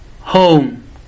Home